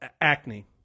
Acne